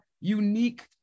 unique